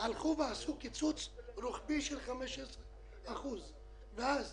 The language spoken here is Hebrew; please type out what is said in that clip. עשו קיצוץ רוחבי של 15% ואז